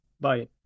Bye